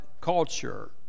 culture